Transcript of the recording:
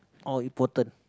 how important